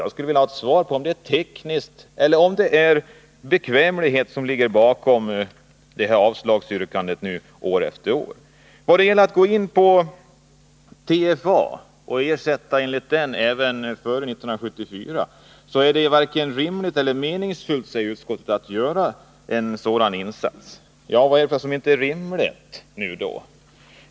Jag skulle vilja ha ett svar på frågan om det är tekniska svårigheter eller om det är bekvämlighet som ligger bakom avslagsyrkandet år från år. När det gäller förslaget att ersättning skall utgå enligt TFA även för skador som inträffat före 1974, så är det ”varken rimligt eller meningsfullt”, säger utskottet, att göra en sådan insats. Vad är det då som inte är rimligt?